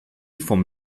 vom